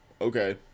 okay